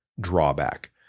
drawback